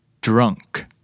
drunk